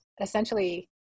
essentially